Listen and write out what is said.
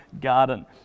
garden